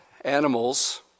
animals